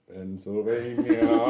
Pennsylvania